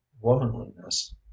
womanliness